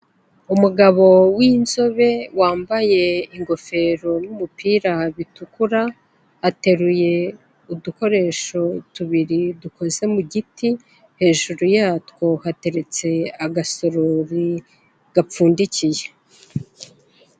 Umugabo w'inzobe wambaye ingofero n'umupira bitukura, ateruye udukoresho tubiri dukoze mu giti, hejuru yatwo hateretse agasorori gapfundikiye.